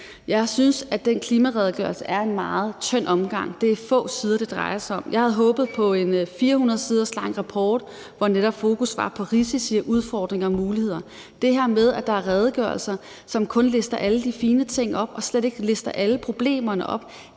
om i dag, at den klimaredegørelse er en meget tynd omgang. Det er få sider, det drejer sig om. Jeg havde håbet på en 400 sider lang rapport, hvor fokus netop var på risici, udfordringer og muligheder. Det her med, at der er redegørelser, som kun lister alle de fine ting op og slet ikke lister alle problemerne op,